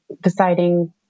deciding